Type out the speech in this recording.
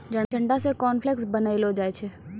जंडा से कॉर्नफ्लेक्स बनैलो जाय छै